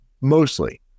mostly